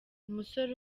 umusore